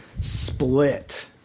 split